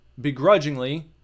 begrudgingly